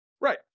Right